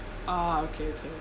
ah okay okay